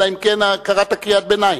אלא אם כן קראת קריאת ביניים.